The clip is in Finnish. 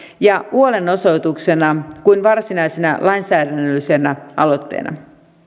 ja huolenosoituksena kuin varsinaisena lainsäädännöllisenä aloitteena